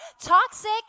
toxic